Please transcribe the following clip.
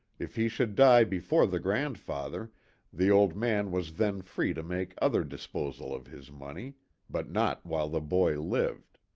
if he should die before the grandfather the old man was then free to make other disposal of his money but not while the boy lived.